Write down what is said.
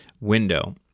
window